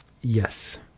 Yes